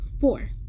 Four